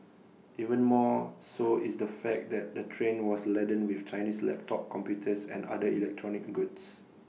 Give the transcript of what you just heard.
even more so is the fact that the train was laden with Chinese laptop computers and other electronic goods